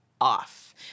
off